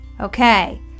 okay